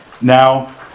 Now